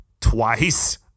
twice